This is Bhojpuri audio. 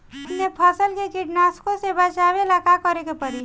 अपने फसल के कीटनाशको से बचावेला का करे परी?